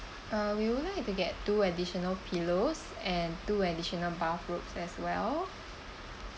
uh we would to like to get two additional pillows and two additional bathrobes as well